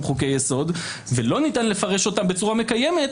חוקי יסוד ולא ניתן לפרש אותם בצורה מקיימת,